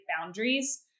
boundaries